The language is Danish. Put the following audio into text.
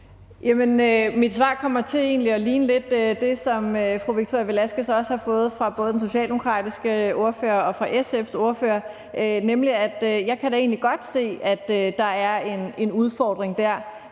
Mit svar kommer egentlig til lidt at ligne det, som fru Victoria Velasquez også har fået fra både den socialdemokratiske ordfører og fra SF's ordfører, nemlig at jeg da egentlig godt kan se, at der er en udfordring dér.